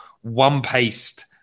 one-paced